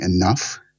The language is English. enough